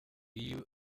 you